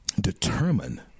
determine